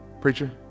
Preacher